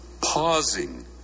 pausing